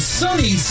sunny